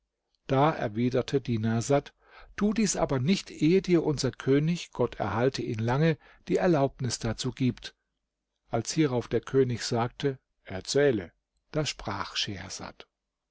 da erwiderte dinarsad tu dies aber nicht ehe dir unser könig gott erhalte ihn lange die erlaubnis dazu gibt als hierauf der könig sagte erzähle da sprach